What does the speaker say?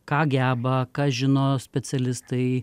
ką geba ką žino specialistai